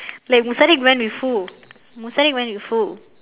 like musadiq went with who musadiq went with who